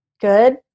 good